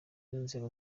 n’inzego